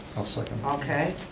i'll second. okay.